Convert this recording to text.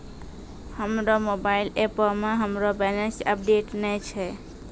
हमरो मोबाइल एपो मे हमरो बैलेंस अपडेट नै छै